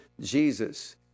Jesus